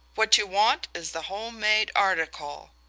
what you want is the home-made article.